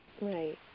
Right